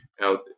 now